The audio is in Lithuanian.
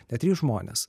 net trys žmonės